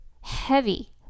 heavy